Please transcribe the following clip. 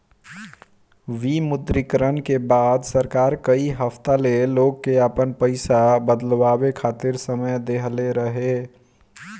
विमुद्रीकरण के बाद सरकार कई हफ्ता ले लोग के आपन पईसा बदलवावे खातिर समय देहले रहे